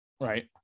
Right